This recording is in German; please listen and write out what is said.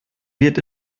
wird